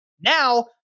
Now